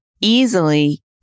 easily